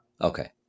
Okay